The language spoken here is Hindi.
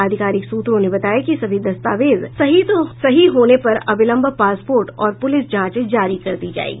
आधिकारिक सूत्रों ने बताया कि सभी दस्तावेज सही होने पर अविलंब पासपोर्ट और पुलिस जांच जारी कर दी जायेगी